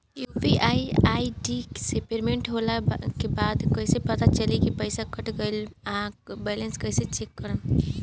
UPI ID से payment होला के बाद कइसे पता चली की पईसा कट गएल आ बैलेंस कइसे चेक करम?